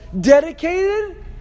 dedicated